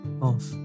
off